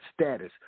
status